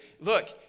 Look